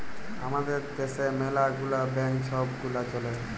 আমাদের দ্যাশে ম্যালা গুলা ব্যাংক ছব গুলা চ্যলে